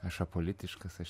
aš apolitiškas aš